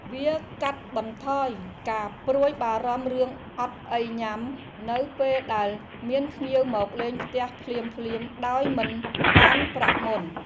វាកាត់បន្ថយការព្រួយបារម្ភរឿងអត់អីញ៉ាំនៅពេលដែលមានភ្ញៀវមកលេងផ្ទះភ្លាមៗដោយមិនបានប្រាប់មុន។